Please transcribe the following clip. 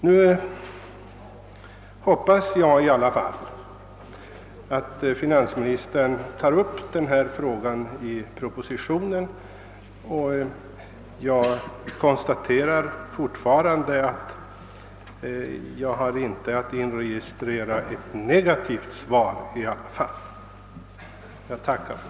Jag hoppas i alla fall att finansministern tar upp detta spörsmål i propositionen. Jag konstaterar fortfarande att jag inte har att inregistrera ett negativt svar, och för det tackar jag.